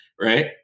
right